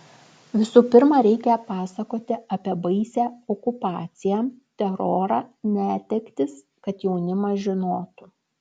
visų pirma reikia pasakoti apie baisią okupaciją terorą netektis kad jaunimas žinotų